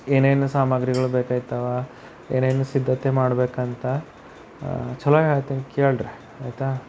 ಏನೇನು ಸಾಮಾಗ್ರಿಗಳು ಬೇಕಾಯ್ತವ ಏನೇನು ಸಿದ್ಧತೆ ಮಾಡಬೇಕಂತ ಚಲೋ ಹೇಳ್ತೀನಿ ಕೇಳ್ರೀ ಆಯಿತಾ